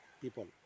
people